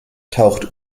taucht